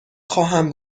خواهم